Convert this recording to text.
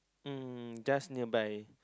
um just near by